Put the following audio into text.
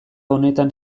honetan